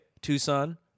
Tucson